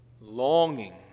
longing